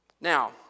Now